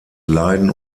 leiden